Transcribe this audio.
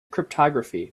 cryptography